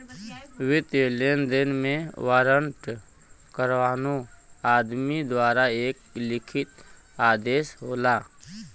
वित्तीय लेनदेन में वारंट कउनो आदमी द्वारा एक लिखित आदेश होला